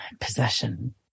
Possession